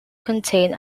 contain